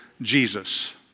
Jesus